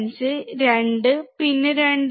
5 2 പിന്നെ 2